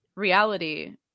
reality